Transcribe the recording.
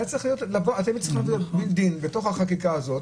הייתם צריכים לשים בילד אין בחקיקה הזאת,